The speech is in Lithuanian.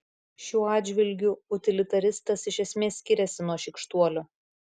šiuo atžvilgiu utilitaristas iš esmės skiriasi nuo šykštuolio